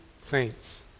saints